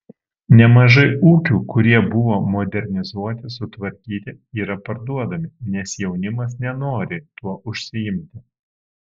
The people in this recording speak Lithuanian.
nemažai ūkių kurie buvo modernizuoti sutvarkyti yra parduodami nes jaunimas nenori tuo užsiimti